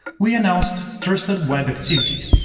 we announced trusted web activities,